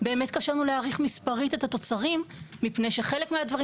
באמת קשה לנו להעריך מספרית את התוצרים מפני שחלק מהדברים